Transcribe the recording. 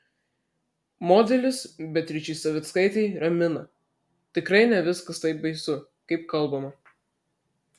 modelis beatričė savickaitė ramina tikrai ne viskas taip baisu kaip kalbama